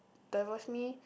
divorce me